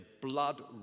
blood